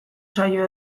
saio